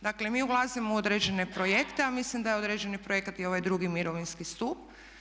Dakle mi ulazimo u određene projekte a mislim da je određeni projekat i ovaj drugi mirovinski stup.